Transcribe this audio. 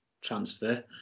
transfer